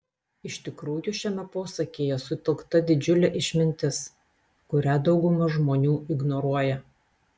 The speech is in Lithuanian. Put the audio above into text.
iš tikrųjų šiame posakyje sutelkta didžiulė išmintis kurią dauguma žmonių ignoruoja